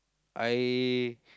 I